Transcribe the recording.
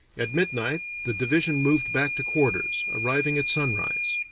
at midnight the division moved back to quarters, arriving at sunrise.